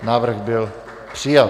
Návrh byl přijat.